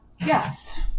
yes